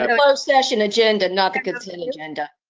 um closed session agenda, not the consent agenda.